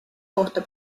kohta